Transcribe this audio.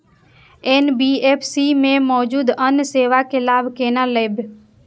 NBFC में मौजूद अन्य सेवा के लाभ केना लैब?